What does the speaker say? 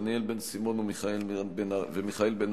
דניאל בן-סימון ומיכאל בן-ארי,